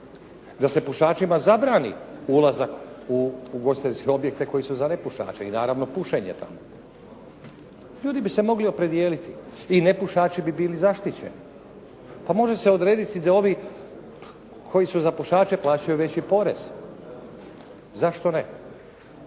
Da se pušačima zabrani ulazak u ugostiteljske objekte koji su za nepušače i naravno pušenje tamo? Ljudi bi se mogli opredijeliti i nepušači bi bili zaštićeni. Pa može se odrediti da ovi koji su za pušače plaćaju veći porez. Zašto ne?